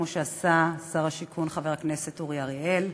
כמו שעשה שר השיכון חבר הכנסת אורי אריאל,